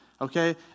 okay